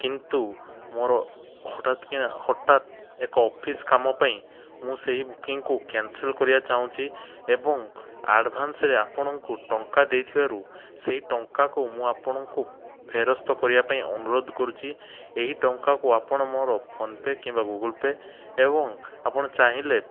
କିନ୍ତୁ ମୋର ହଠାତ କିନା ହଠାତ ଅଫିସ କାମ ପାଇଁ ମୁଁ ସେଇ ବୁକିଂକୁ କ୍ୟାନସଲ୍ କରିବା ଚାହୁଁଛି ଏବଂ ଆଡ଼ଭାନ୍ସରେ ଆପଣଙ୍କୁ ଟଙ୍କା ଦେଇଥିବାରୁ ସେଇ ଟଙ୍କାକୁ ମୁଁ ଆପଣଙ୍କୁ ଫେରସ୍ତ କରିବା ପାଇଁ ଅନୁରୋଧ କରୁଛି ଏହି ଟଙ୍କାକୁ ଆପଣ ମୋର ଫୋନ ପେ କିମ୍ବା ଗୁଗୁଲ୍ ପେ ଏବଂ ଆପଣ ଚାହିଁଲେ